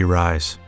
rise